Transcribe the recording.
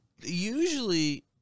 Usually